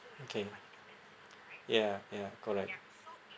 okay ya ya correct